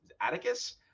Atticus